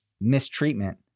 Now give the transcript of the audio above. mistreatment